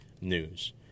news